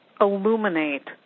illuminate